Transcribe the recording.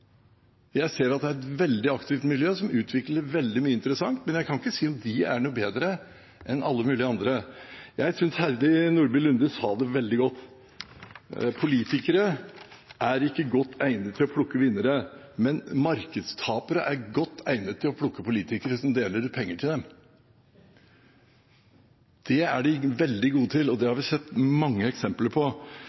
Jeg ser at det er et veldig aktivt miljø, som utvikler veldig mye interessant, men jeg kan ikke si om de er bedre enn alle andre. Jeg synes Heidi Nordby Lunde sa det veldig godt: Politikere er ikke godt egnet til å plukke vinnere, men markedstapere er godt egnet til å plukke politikere som deler ut penger til dem. Det er de veldig gode til, og det har vi sett mange eksempler på.